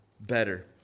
better